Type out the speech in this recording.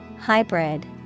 Hybrid